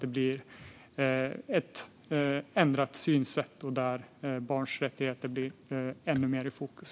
Det behövs ett ändrat synsätt som gör att barns rättigheter sätts ännu mer i fokus.